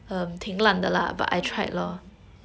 how you learn